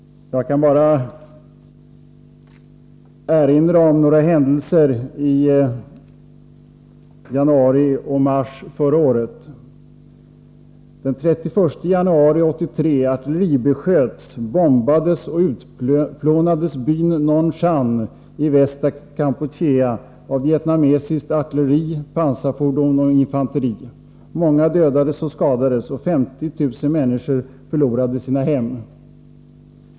Jag vill erinra om några händelser i januari och mars förra året. Den 31 januari 1983 artilleribesköts, bombades och utplånades byn Nong Chan i västra Kampuchea av artilleri, pansarfordon och infanteri från Vietnam. Många dödades och skadades och 50 000 människor förlorade sina hem.